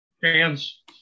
fans